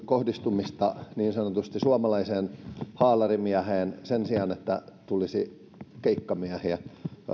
kohdistumista niin sanotusti suomalaiseen haalarimieheen sen sijaan että tulisi keikkamiehiä